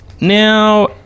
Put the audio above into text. Now